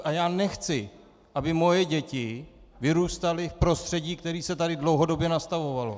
A já nechci, aby moje děti vyrůstaly v prostředí, které se tady dlouhodobě nastavovalo.